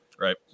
Right